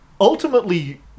ultimately